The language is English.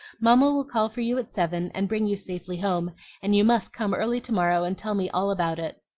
mamma will call for you at seven, and bring you safely home and you must come early to-morrow and tell me all about it.